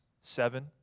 seven